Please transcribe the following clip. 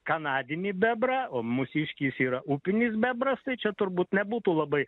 kanadinį bebrą o mūsiškis yra upinis bebras tai čia turbūt nebūtų labai